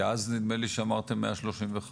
כי אז נדמה לי אמרתם 135?